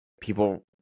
people